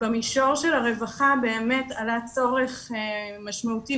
במישור של הרווחה באמת עלה צורך משמעותי